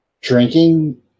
drinking